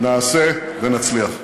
נעשה ונצליח.